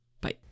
Bye